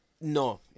No